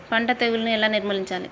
పంట తెగులుని ఎలా నిర్మూలించాలి?